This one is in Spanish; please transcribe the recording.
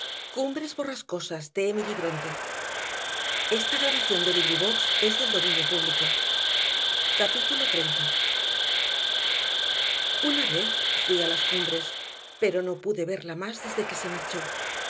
del camino capítulo treinta una vez fui a las cumbres pero no pude verla más desde que se marchó